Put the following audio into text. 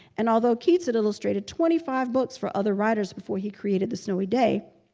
and although keats had illustrated twenty five books for other writers before he created the snowy day,